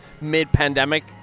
mid-pandemic